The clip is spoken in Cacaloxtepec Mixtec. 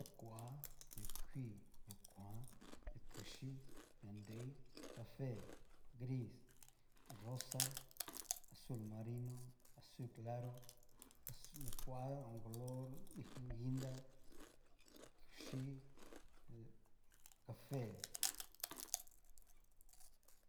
Koa, na kuii, na kuan, na kuchii, na rei, cafe, gris, rosa, azul marino, azul claro, azul ña koa ho o on, color hí ginda, ña kuchii, cafe.